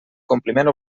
compliment